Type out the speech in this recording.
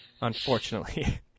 unfortunately